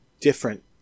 different